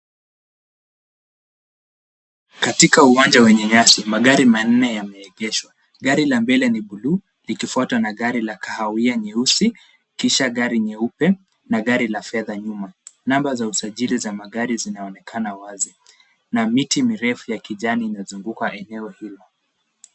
Katika uwanja wenye nyasi, magari manne yameegeshwa. Gari la mbele ni buluu, likifuata na gari la kahawia nyeusi, kisha gari nyeupe, na gari la fedha nyuma. Namba za usajili za magari zinaonekana wazi. Na miti mirefu ya kijani inazunguka eneo hilo.